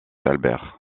albert